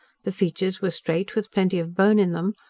the features were straight with plenty of bone in them,